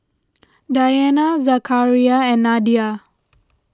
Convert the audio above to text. Dayana Zakaria and Nadia